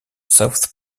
south